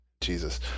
Jesus